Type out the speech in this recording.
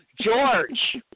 George